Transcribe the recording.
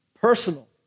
Personal